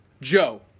Joe